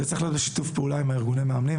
זה צריך להיעשות בשיתוף פעולה עם ארגוני המאמנים,